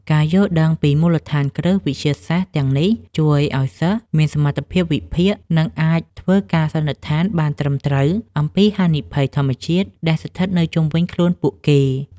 ការយល់ដឹងពីមូលដ្ឋានគ្រឹះវិទ្យាសាស្ត្រទាំងនេះ ជួយឱ្យសិស្សមានសមត្ថភាពវិភាគ និងអាចធ្វើការសន្និដ្ឋានបានត្រឹមត្រូវអំពីហានិភ័យធម្មជាតិដែលស្ថិតនៅជុំវិញខ្លួនពួកគេ។